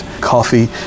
coffee